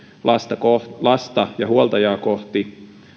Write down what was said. lasta ja huoltajaa kohti